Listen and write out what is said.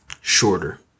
shorter